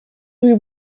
rue